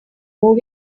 movie